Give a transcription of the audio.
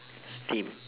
steam